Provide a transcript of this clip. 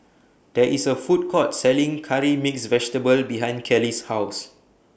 There IS A Food Court Selling Curry Mixed Vegetable behind Kellie's House